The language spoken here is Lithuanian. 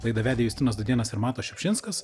laidą vedė justinas dudėnas ir matas šiupšinskas